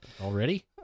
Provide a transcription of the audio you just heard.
already